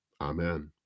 Amen